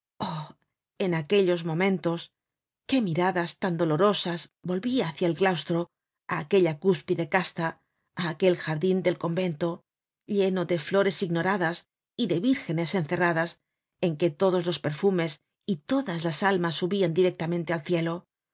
en aquellos momentos qué miradas tan dolorosas volvia hácia el claustro á aquella cúspide casta á aquel jardin del convento lleno de flores ignoradas y de vírgenes encerradas en que todos los perfumes y todas las almas subian directamente al cielo